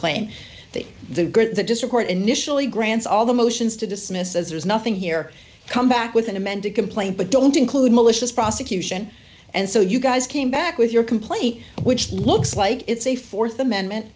claim that the disappoint initially grants all the motions to dismiss as there is nothing here come back with an amended complaint but don't include malicious prosecution and so you guys came back with your complaint which looks like it's a th amendment